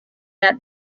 that